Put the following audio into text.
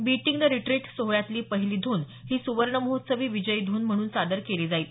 beating the retreat सोहळ्यातली पहिली धून ही सुवर्णमहोत्सवी विजय धून म्हणून सादर केली जाईल